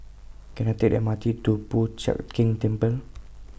Can I Take The M R T to Po Chiak Keng Temple